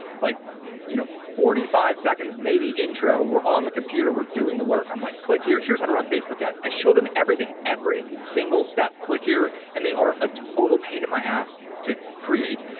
it's like you know forty five seconds maybe intro. we're on the computer, we're doing the work. i'm like, click here, here's how to run facebook ads. i show them everything, every single step. click here, and they are a total pain in my ass to create.